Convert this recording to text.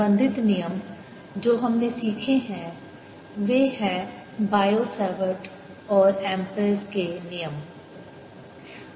संबंधित नियम जो हमने सीखे हैं वे हैं बायो सैवर्ट और एम्परेज के नियम हैं